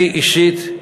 אני, אישית,